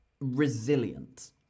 resilient